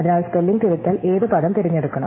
അതിനാൽ സ്പെല്ലിംഗ് തിരുത്തൽ ഏത് പദം തിരഞ്ഞെടുക്കണം